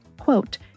quote